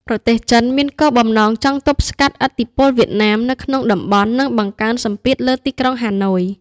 ប្រទេសចិនមានគោលបំណងចង់ទប់ស្កាត់ឥទ្ធិពលវៀតណាមនៅក្នុងតំបន់ និងបង្កើនសម្ពាធលើទីក្រុងហាណូយ។